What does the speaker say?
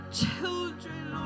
children